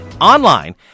Online